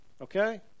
Okay